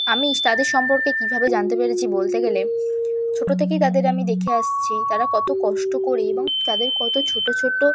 আমি তাদের সম্পর্কে কীভাবে জানতে পেরেছি বলতে গেলে ছোট থেকেই তাদের আমি দেখে আসছি তারা কতো কষ্ট করে এবং তাদের কত ছোট ছোট